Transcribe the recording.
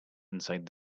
inside